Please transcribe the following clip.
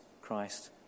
Christ